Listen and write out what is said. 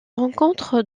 rencontre